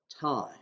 time